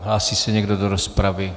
Hlásí se někdo do rozpravy?